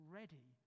ready